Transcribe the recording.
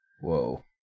Whoa